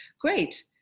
Great